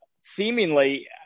seemingly